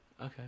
Okay